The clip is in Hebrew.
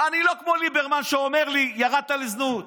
אני לא כמו ליברמן, שאומר לי: ירדת לזנות.